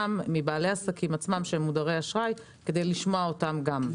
מבעלי עסקים עצמם שהם מודרי אשראי כדי לשמוע אותם גם.